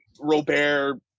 Robert